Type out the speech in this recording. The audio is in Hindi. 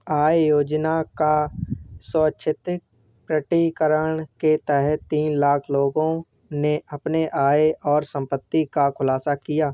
आय योजना का स्वैच्छिक प्रकटीकरण के तहत तीन लाख लोगों ने अपनी आय और संपत्ति का खुलासा किया